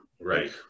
Right